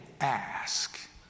ask